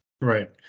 Right